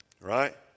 Right